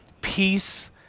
peace